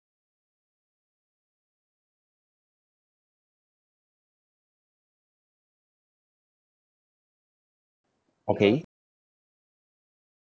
okay